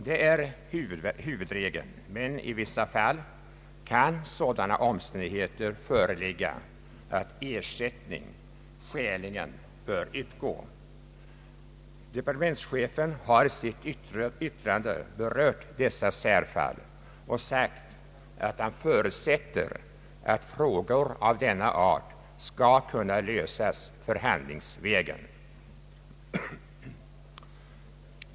Detta är huvudregeln, men i vissa fall kan sådana omständigheter föreligga att ersättning skäligen bör utgå. Departementschefen har i sitt yttrande berört dessa särfall och sagt att han förutsätter att frågor av denna art skall kunna lösas förhandlingsvägen.